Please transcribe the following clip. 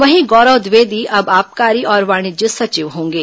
वहीं गौरव द्विवेदी अब आबकारी और वाणिज्य सचिव होंगे